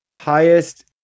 highest